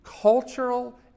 cultural